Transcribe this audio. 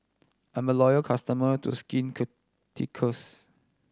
I'm a loyal customer to Skin Ceuticals